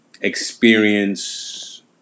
experience